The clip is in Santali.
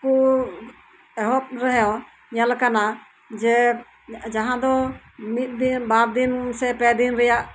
ᱠᱚ ᱮᱦᱚᱯ ᱨᱮᱦᱚᱸ ᱧᱮᱞ ᱠᱟᱱᱟ ᱡᱮ ᱡᱟᱦᱟᱸ ᱫᱚ ᱢᱤᱜ ᱫᱤᱱ ᱵᱟᱨ ᱫᱤᱱ ᱥᱮ ᱯᱮ ᱫᱤᱱ ᱨᱮᱭᱟᱜ